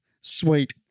Sweet